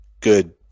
good